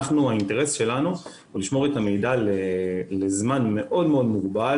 האינטרס שלנו הוא לשמור את המידע לזמן מאוד מאוד מוגבל,